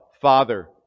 Father